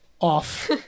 Off